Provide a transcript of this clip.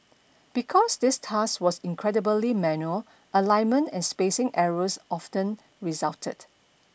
because this task was incredibly manual alignment and spacing errors often resulted